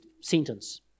sentence